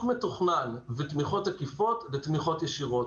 מתוכנן ותמיכות עקיפות לתמיכות ישירות.